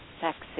sexy